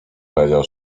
powiedział